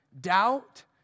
doubt